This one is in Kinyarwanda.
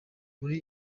muri